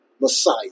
Messiah